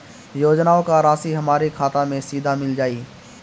योजनाओं का राशि हमारी खाता मे सीधा मिल जाई?